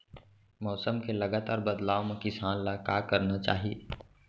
मौसम के लगातार बदलाव मा किसान ला का करना चाही?